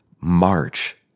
march